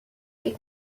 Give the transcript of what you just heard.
est